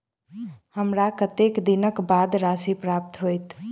हमरा कत्तेक दिनक बाद राशि प्राप्त होइत?